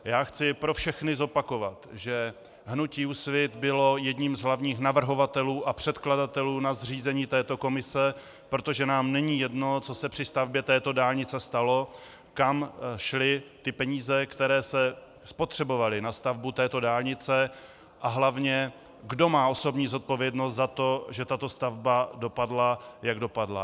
Já chci pro všechny zopakovat, že hnutí Úsvit bylo jedním z hlavních navrhovatelů a předkladatelů na zřízení této komise, protože nám není jedno, co se při stavbě této dálnice stalo, kam šly peníze, které se spotřebovaly na stavbu této dálnice, a hlavně kdo má osobní zodpovědnost za to, že tato stavba dopadla jak dopadla.